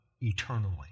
eternally